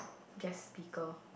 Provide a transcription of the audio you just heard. guest speaker